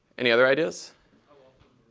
any other ideas